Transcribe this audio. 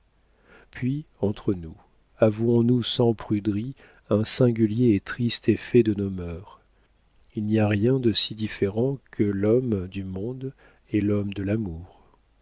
puis entre nous avouons nous sans pruderie un singulier et triste effet de nos mœurs il n'y a rien de si différent que l'homme du monde et l'homme de l'amour